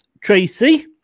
Tracy